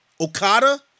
Okada